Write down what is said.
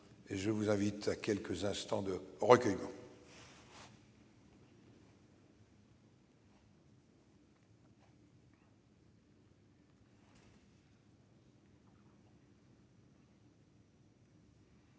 je vous invite à quelques instants de recueillement.